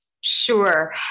Sure